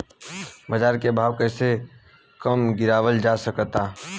बाज़ार के भाव कैसे कम गीरावल जा सकता?